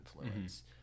influence